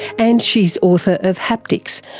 and she's author of haptics,